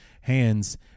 hands